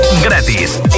gratis